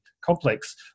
complex